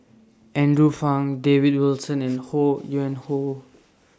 Andrew Phang David Wilson and Ho Yuen Hoe